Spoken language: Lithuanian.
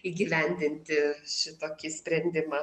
įgyvendinti šitokį sprendimą